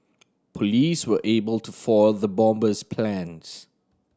police were able to foil the bomber's plans